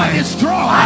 destroy